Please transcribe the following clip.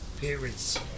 parents